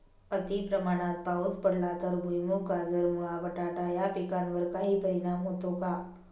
अतिप्रमाणात पाऊस पडला तर भुईमूग, गाजर, मुळा, बटाटा या पिकांवर काही परिणाम होतो का?